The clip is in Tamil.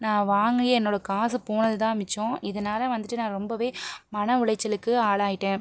நான் வாங்கி என்னோட காசு போனதுதான் மிச்சம் இதனால் வந்துட்டு நான் ரொம்பவே மன உளைச்சலுக்கு ஆளாகிட்டேன்